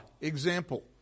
example